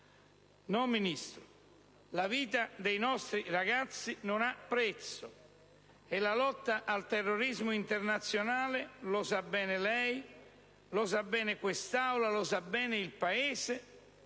No, Ministro, la vita dei nostri ragazzi non ha prezzo, e la lotta al terrorismo internazionale - lo sa bene lei, lo sa bene quest'Aula e lo sa bene il Paese